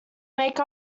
make